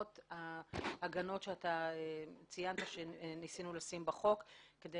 למרות ההגנות שאתה ציינת שניסינו לשים בהצעת החוק כדי